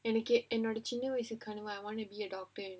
எனக்கு என் சின்ன வயசு கனவு:enakku en chinna vayasu kanavu I want to be a doctor